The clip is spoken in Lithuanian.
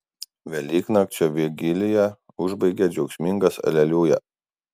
velyknakčio vigiliją užbaigia džiaugsmingas aleliuja